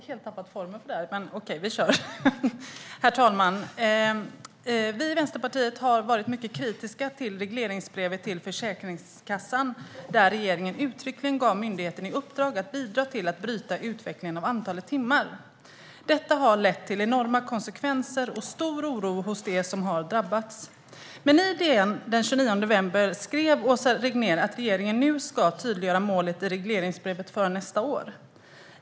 Herr talman! Vi i Vänsterpartiet har varit mycket kritiska till regleringsbrevet till Försäkringskassan där regeringen uttryckligen gav myndigheten i uppdrag att bidra till att bryta utvecklingen av antalet timmar. Detta har lett till enorma konsekvenser och stor oro hos dem som har drabbats. I DN den 29 november skrev Åsa Regnér att regeringen nu ska tydliggöra målet i regleringsbrevet för nästa år.